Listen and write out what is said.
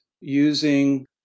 using